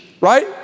right